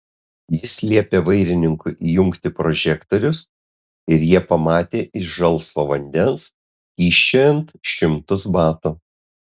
jis liepė vairininkui įjungti prožektorius ir jie pamatė iš žalsvo vandens kyščiojant šimtus batų